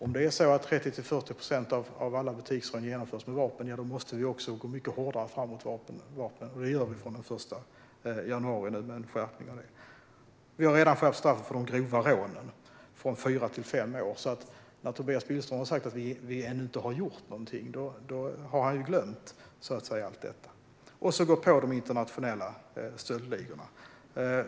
Om 30-40 procent av alla butiksrån genomförs med vapen måste vi också gå mycket hårdare fram mot vapnen, och det gör vi nu med en straffskärpning från den 1 januari. Vi har redan skärpt straffet för de grova rånen från fyra till fem år, så när Tobias Billström säger att vi ännu inte har gjort någonting har han glömt allt detta. Vi går också på de internationella stöldligorna.